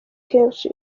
kenshi